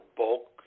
bulk